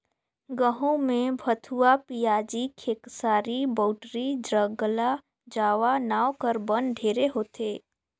गहूँ में भथुवा, पियाजी, खेकसारी, बउटरी, ज्रगला जावा नांव कर बन ढेरे होथे